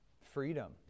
freedom